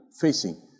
facing